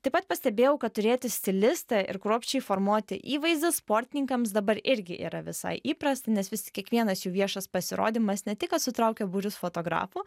taip pat pastebėjau kad turėti stilistą ir kruopščiai formuoti įvaizdį sportininkams dabar irgi yra visai įprasta nes vis kiekvienas jų viešas pasirodymas ne tik kad sutraukia būrius fotografų